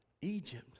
Egypt